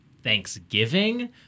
thanksgiving